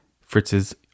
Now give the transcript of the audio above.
Fritz's